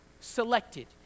selected